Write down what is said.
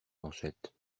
manchettes